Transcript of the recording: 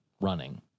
Running